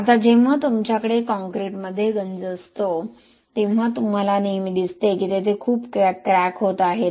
आता जेव्हा तुमच्याकडे काँक्रीटमध्ये गंज असतो तेव्हा तुम्हाला नेहमी दिसते की तेथे खूप क्रॅक होत आहेत